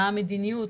מה המדיניות,